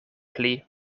pli